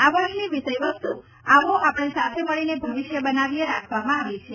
આ વર્ષની વિષય વસ્તુ આવો આપણે સાથે મળીને ભવિષ્ય બનાવીએ રાખવામાં આવી છે